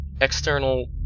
external